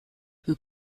who